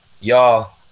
Y'all